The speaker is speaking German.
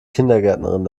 kindergärtnerin